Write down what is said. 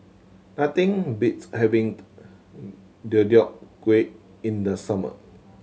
nothing beats having Deodeok Gui in the summer